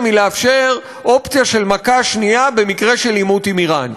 היא לאפשר אופציה של מכה שנייה במקרה של עימות עם איראן.